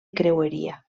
creueria